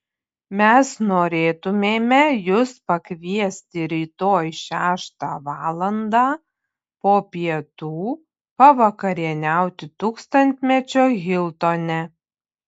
mes norėtumėme jus pakviesti rytoj šeštą valandą po pietų pavakarieniauti tūkstantmečio hiltone